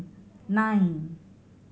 nine